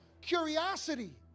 curiosity